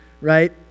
right